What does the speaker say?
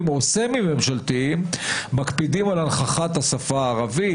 או סמי-ממשלתיים מקפידים על הנכחת השפה הערבית,